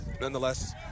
Nonetheless